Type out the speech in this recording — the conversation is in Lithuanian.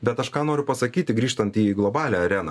bet aš ką noriu pasakyti grįžtant į globalią areną